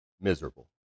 miserable